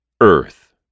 Earth